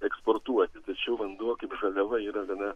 eksportuoti tačiau vanduo kaip žaliava yra gana